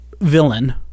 villain